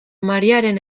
mariaren